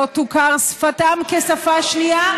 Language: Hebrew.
לא תוכר שפתם כשפה שנייה,